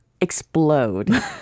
explode